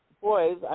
boys